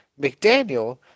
McDaniel